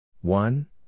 One